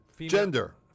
Gender